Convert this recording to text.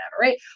right